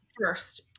First